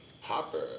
Hopper